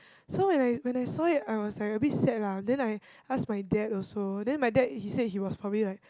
so when I when I saw it I was like a bit sad lah then I ask my dad also then my dad he said it was probably like